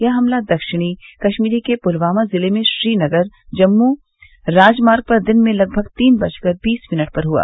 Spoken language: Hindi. यह हमला दक्षिणी कश्मीर के पुलवामा जिले में श्रीनगर जम्मू राजमार्ग पर दिन में लगभग तीन बजकर बीस मिनट पर हुआ